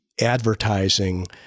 advertising